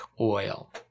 oil